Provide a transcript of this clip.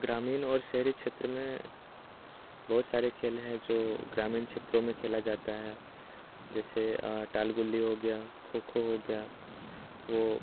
ग्रामीण और शहरी क्षेत्र में बहुत सारे खेल हैं जो ग्रामीण क्षेत्रों में खेला जाता है जैसे टालगुल्ली हो गया खो खो हो गया वो